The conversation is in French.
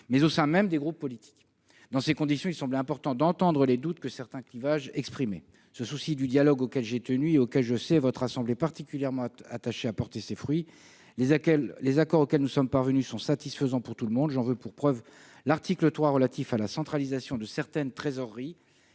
mais au sein même des groupes politiques. Dans ces conditions, il semblait important d'entendre les doutes que ces clivages exprimaient. Ce souci du dialogue auquel j'ai tenu et auquel je sais votre assemblée particulièrement attachée a porté ses fruits : les accords trouvés sont satisfaisants pour tout le monde. Ainsi, l'article 3, relatif à la centralisation de certaines trésoreries,